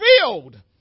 filled